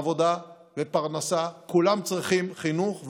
עבודה ופרנסה וכולם צריכים חינוך.